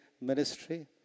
ministry